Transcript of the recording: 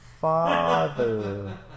Father